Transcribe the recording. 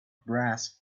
brass